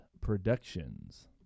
Productions